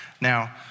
Now